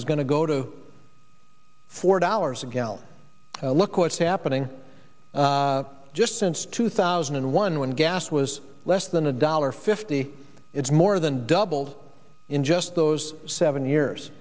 is going to go to four dollars a gallon look what's happening just since two thousand and one when gas was less than a dollar fifty it's more than doubled in just those seven years